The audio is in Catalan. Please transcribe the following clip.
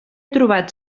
trobat